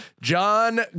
John